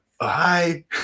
hi